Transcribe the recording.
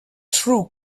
through